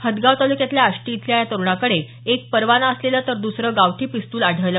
हदगाव तालुक्यातल्या आष्टी इथल्या या तरुणाकडे एक परवाना असलेलं तर दुसरं गावठी पिस्तूल आढळलं